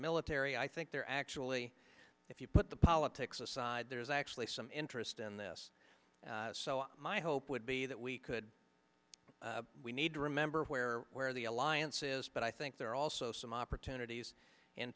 military i think they're actually if you put the politics aside there's actually some interest in this so my hope would be that we could we need to remember where where the alliance is but i think there are also some opportunities in